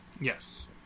Yes